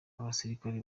abasilikare